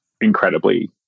incredibly